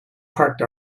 parked